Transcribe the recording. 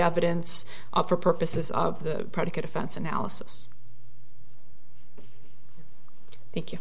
evidence for purposes of the predicate offense analysis thank you